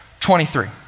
23